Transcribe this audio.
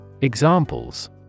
Examples